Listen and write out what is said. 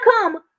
come